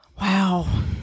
wow